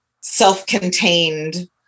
self-contained